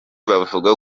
bavuga